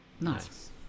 Nice